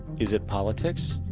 is it politics?